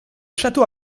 château